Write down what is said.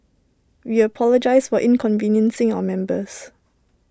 we apologise for inconveniencing our members